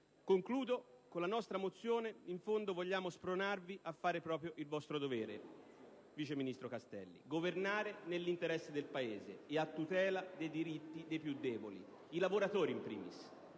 Castelli, con la nostra mozione in fondo vogliamo spronarvi a fare proprio il vostro dovere: governare nell'interesse del Paese e a tutela dei diritti dei più deboli, i lavoratori *in primis*.